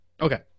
Okay